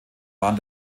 waren